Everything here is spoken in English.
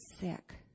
sick